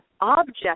object